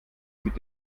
mit